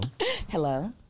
Hello